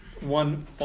one